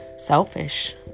selfish